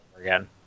again